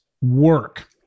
work